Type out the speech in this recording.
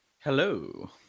Hello